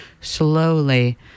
slowly